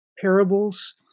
parables